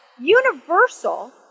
universal